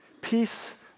Peace